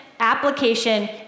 application